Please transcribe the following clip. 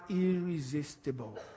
irresistible